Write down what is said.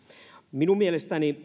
minun mielestäni